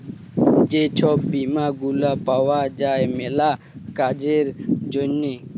যে ছব বীমা গুলা পাউয়া যায় ম্যালা কাজের জ্যনহে